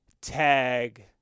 tag